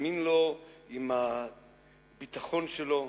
האמין לו עם הביטחון שלו,